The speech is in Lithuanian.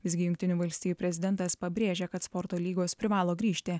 visgi jungtinių valstijų prezidentas pabrėžė kad sporto lygos privalo grįžti